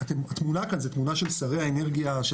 התמונה כאן זו תמונה של שרי האנרגיה של